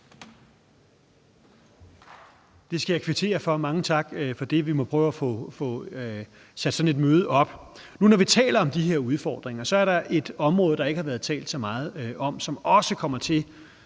Det skal jeg kvittere for, mange tak for det. Vi må prøve at få sat sådan et møde i stand. Nu, når vi taler om de her udfordringer, er der et område, der ikke har været talt så meget om, men som også kommer til